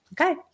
Okay